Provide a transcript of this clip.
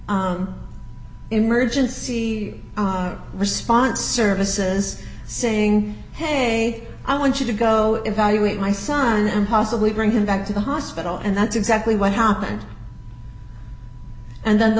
emergency response services saying hey i want you to go evaluate my son and possibly bring him back to the hospital and that's exactly what happened and then the